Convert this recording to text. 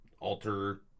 alter